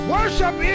Worship